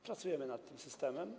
Pracujemy nad tym systemem.